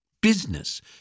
Business